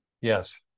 yes